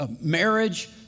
marriage